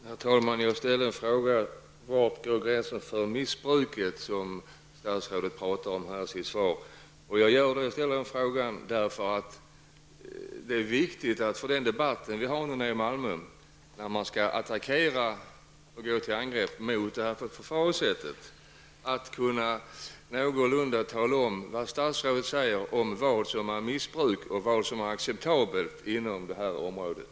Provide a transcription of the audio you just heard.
Herr talman! Jag frågade var gränsen för det missbruk som statsrådet talar om i sitt svar går. Jag ställde frågan av den anledningen att det, i den debatt vi för nere i Malmö och för att kunna attackera och gå till angrepp mot detta förfaringssätt, är viktigt att någorlunda kunna tala om vad statsrådet säger om vad som är missbruk och vad som är acceptabelt inom det här området.